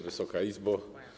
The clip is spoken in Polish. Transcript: Wysoka Izbo!